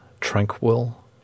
tranquil